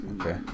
okay